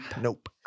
Nope